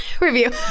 review